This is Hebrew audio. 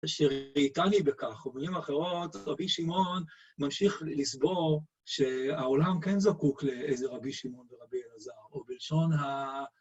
שראיתני בכך, ובמילים אחרות, רבי שמעון ממשיך לסבור שהעולם כן זקוק לאיזה רבי שמעון ורבי אלעזר, או בלשון ה...